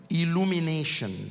illumination